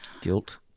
Guilt